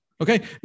Okay